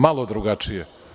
Malo drugačije.